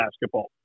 basketball